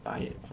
buy it from